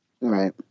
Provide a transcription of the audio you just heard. Right